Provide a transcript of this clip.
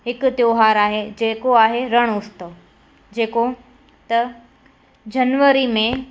हिकु त्योहारु आहे जेको आहे रणु उत्सव जेको त जनवरी में